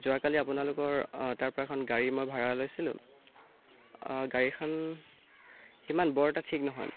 যোৱাকালি আপোনালোকৰ তাৰ পৰা এখন গাড়ী মই ভাড়া লৈছিলোঁ গাড়ীখন ইমান বৰ এটা ঠিক নহয়